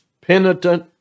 penitent